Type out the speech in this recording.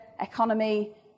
Economy